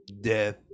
Death